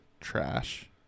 Trash